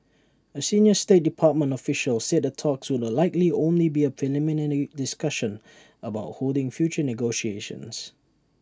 A senior state department official said the talks would likely only be A preliminary discussion about holding future negotiations